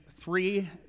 three